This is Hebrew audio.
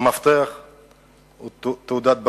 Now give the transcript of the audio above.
המפתח הוא תעודת בגרות.